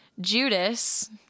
Judas